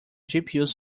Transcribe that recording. gpus